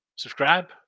Subscribe